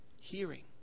Hearing